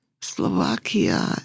Slovakia